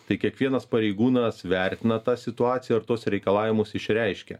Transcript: tai kiekvienas pareigūnas vertina tą situaciją ir tuos reikalavimus išreiškia